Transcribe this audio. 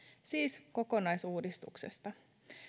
siis kokonaisuudistuksesta